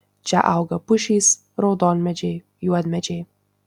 čia auga pušys raudonmedžiai juodmedžiai